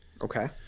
okay